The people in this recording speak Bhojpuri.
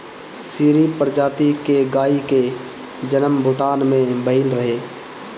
सीरी प्रजाति के गाई के जनम भूटान में भइल रहे